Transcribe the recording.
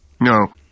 No